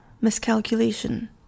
miscalculation